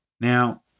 Now